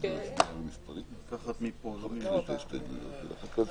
חוק המסגרת כרעיון וכדבר שעשינו אותו הוא בעצם מטרתו היא אחת: